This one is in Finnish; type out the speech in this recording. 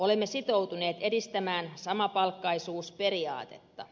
olemme sitoutuneet edistämään samapalkkaisuusperiaatetta